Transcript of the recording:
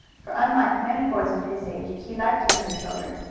for unlike many boys of his age he liked younger children.